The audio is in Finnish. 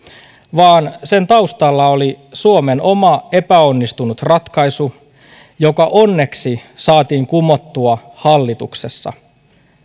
vaan sen taustalla oli suomen oma epäonnistunut ratkaisu joka onneksi saatiin kumottua hallituksessa